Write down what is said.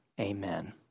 amen